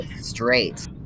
straight